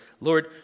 Lord